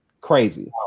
crazy